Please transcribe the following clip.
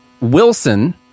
Wilson